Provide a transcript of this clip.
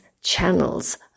channels